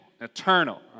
eternal